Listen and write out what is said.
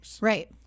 right